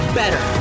better